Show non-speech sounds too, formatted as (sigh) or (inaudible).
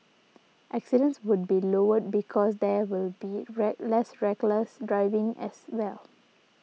accidents would be lowered because there will be (unintelligible) less reckless driving as well